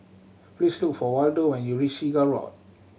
please look for Waldo when you reach Seagull Walk